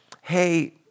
hey